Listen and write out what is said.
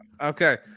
Okay